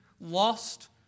lost